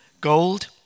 Gold